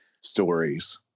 stories